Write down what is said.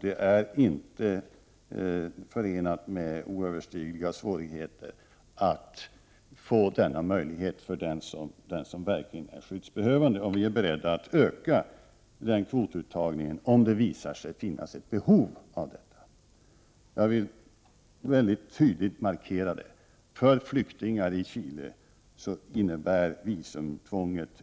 Det är inte förenat med oöverstigliga svårigheter att få denna möjlighet för den som verkligen är skyddsbehövande. Vi är beredda att öka den kvotuttagningen, om det visar sig att det finns ett behov av detta. Jag vill mycket tydligt markera det. För flyktingar från Chile innebär visumtvånget